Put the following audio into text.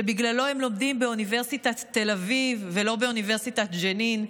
שבגללו הם לומדים באוניברסיטת תל אביב ולא באוניברסיטת ג'נין,